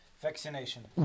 vaccination